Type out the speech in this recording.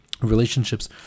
Relationships